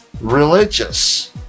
religious